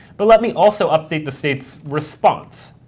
but let me also update the state's response,